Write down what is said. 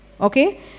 Okay